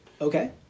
Okay